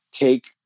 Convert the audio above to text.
Take